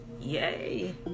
Yay